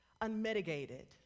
unmitigated